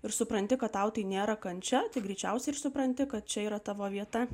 ir supranti kad tau tai nėra kančia tik greičiausiai supranti kad čia yra tavo vieta